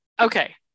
okay